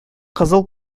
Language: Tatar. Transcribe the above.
кызыл